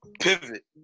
pivot